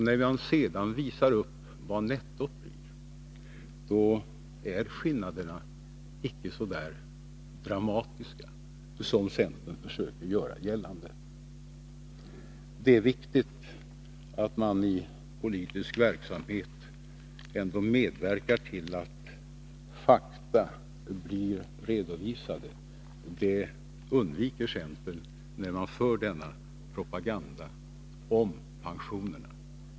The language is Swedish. När han sedan visar upp vad nettot blir, framgår det att skillnaderna icke är så där dramatiska som centern försöker göra gällande. Det är viktigt att man i politisk verksamhet medverkar till att fakta blir redovisade. Det undviker centern när man för denna propaganda om pensionerna.